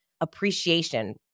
appreciation